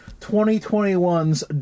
2021's